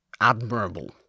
admirable